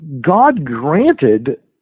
God-granted